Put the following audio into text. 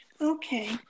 okay